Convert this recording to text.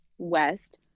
west